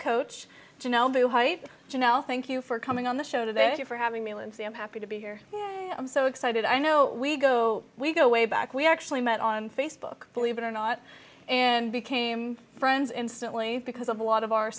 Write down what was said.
coach john l thank you for coming on the show today for having me lindsey i'm happy to be here i'm so excited i know we go we go way back we actually met on facebook believe it or not and became friends instantly because of a lot of our